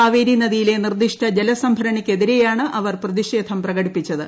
കാവേരി നദിയിലെ നിർദ്ദിഷ്ട ജലസംഭരണിക്കെതിരെയാണ് അവർ പ്രതിഷേധം പ്രകടിപ്പിച്ചത്